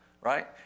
right